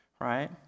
right